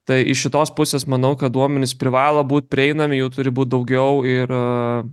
tai iš šitos pusės manau kad duomenys privalo būt prieinami jų turi būt daugiau ir